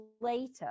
later